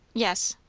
yes.